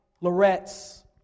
Loretz